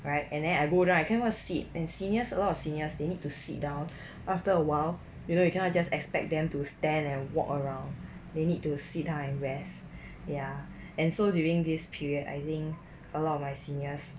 right and then I go down I cannot sit and seniors a lot of seniors they need to sit down after a while you know you cannot just expect them to stand and walk around they need to sit down and rest ya and so during this period I think a lot of my seniors